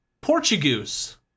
Portuguese